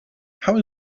how